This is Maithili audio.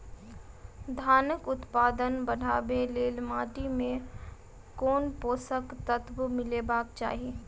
धानक उत्पादन बढ़ाबै लेल माटि मे केँ पोसक तत्व मिलेबाक चाहि?